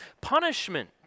punishment